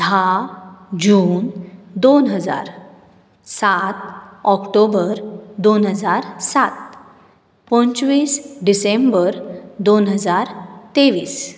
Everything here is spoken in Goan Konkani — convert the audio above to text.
धा जून दोन हजार सात ऑक्टोबर दोन हजार सात पंचवीस डिसेंबर दोन हजार तेविस